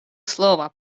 слово